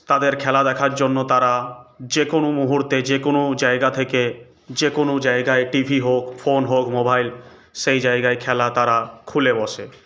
তাদের খেলা দেখার জন্য তারা যে কোনো মুহূর্তে যে কোনো জায়গা থেকে যে কোনো জায়গায় টিভি হোক ফোন হোক মোবাইল সেই জায়গায় খেলা তারা খুলে বসে